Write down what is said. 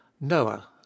Noah